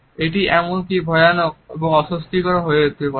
এটি এমন কি ভয়ানক এবং অস্বস্তিকরও হতে পারে